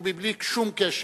ומבלי שום קשר,